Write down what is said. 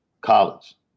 college